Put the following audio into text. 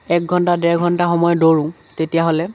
এক ঘণ্টা ডেৰ ঘণ্টা সময় দৌৰোঁ তেতিয়াহ'লে